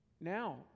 Now